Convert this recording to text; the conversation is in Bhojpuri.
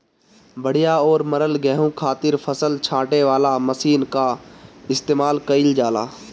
बढ़िया और मरल गेंहू खातिर फसल छांटे वाला मशीन कअ इस्तेमाल कइल जाला